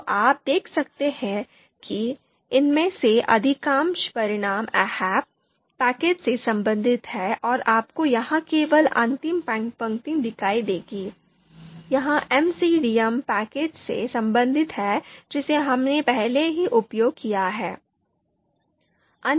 तो आप देख सकते हैं कि इनमें से अधिकांश परिणाम 'ahp' पैकेज से संबंधित हैं और आपको यहां केवल अंतिम पंक्ति दिखाई देगी यह MCDA पैकेज से संबंधित है जिसे हमने पहले ही उपयोग किया है